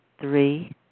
three